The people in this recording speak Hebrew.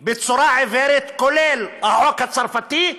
בצורה עיוורת, כולל החוק הצרפתי,